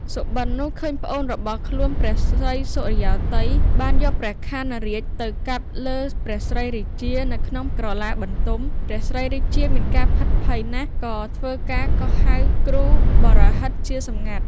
សុបិននោះឃើញប្អូនរបស់ខ្លួន ព្រះស្រីសុរិយោទ័យ បានយកព្រះខ័នរាជកាប់ទៅលើ ព្រះស្រីរាជានៅក្នុងក្រឡាបន្ទំ ព្រះស្រីរាជាមានការភិតភ័យណាស់ក៏ធ្វើការកោះហៅគ្រូបោរាហិតជាសម្ងាត់។